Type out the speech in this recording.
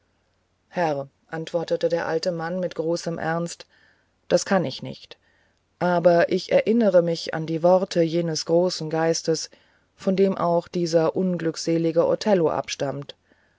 herr antwortete der alte mann mit tiefem ernst das kann ich nicht aber ich erinnere an die worte jenes großen geistes von dem auch dieser unglückselige othello abstammt